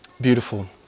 beautiful